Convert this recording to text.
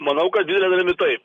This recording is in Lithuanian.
manau kad didele dalimi taip